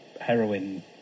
heroin